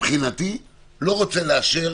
מבחינתי לא רוצה לאשר